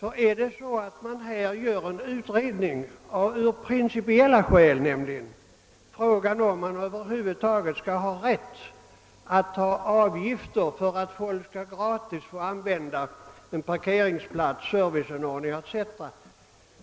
Om det av principiella skäl görs en utredning av frågan huruvida man över huvud taget skall ha rätt att ta avgifter för att folk skall få använda parkeringsplatser, serviceinrättningar etc.